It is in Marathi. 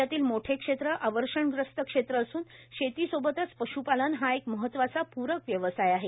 राज्यातील मोठे क्षेत्र अवर्षणग्रस्त क्षेत्र असून शेती सोबतच पश्पालन हा एक महत्वाचा पूरक व्यवसाय आहे